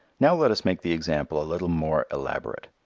now let us make the example a little more elaborate.